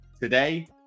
today